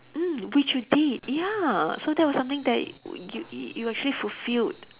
mm which you did ya so that was something that you you actually fulfilled